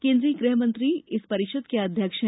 केन्द्रीय गृहमंत्री इस परिषद के अध्यक्ष हैं